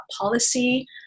policy